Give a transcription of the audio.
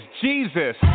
Jesus